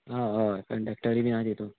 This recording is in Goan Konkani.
हय हय कंडक्टरी बी आहा तितून